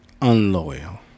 unloyal